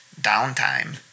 downtime